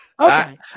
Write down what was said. Okay